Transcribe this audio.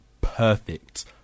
perfect